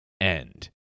End